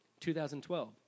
2012